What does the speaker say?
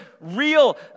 real